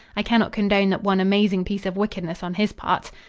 i cannot condone that one amazing piece of wickedness on his part.